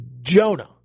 Jonah